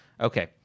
Okay